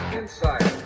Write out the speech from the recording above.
inside